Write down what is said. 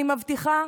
אני מבטיחה